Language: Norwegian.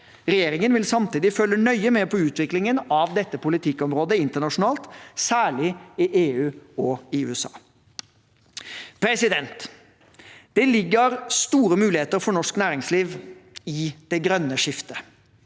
Regjeringen vil samtidig følge nøye med på utviklingen av dette politikkområdet internasjonalt, særlig i EU og USA. Det ligger store muligheter for norsk næringsliv i det grønne skiftet.